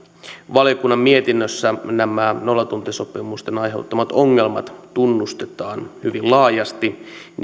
valiokunnan mietinnössä nämä nollatuntisopimusten aiheuttamat ongelmat tunnustetaan hyvin laajasti